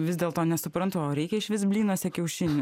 vis dėlto nesuprantu o reikia išvis blynuose kiaušinių